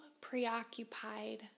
preoccupied